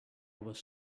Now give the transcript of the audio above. was